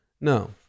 No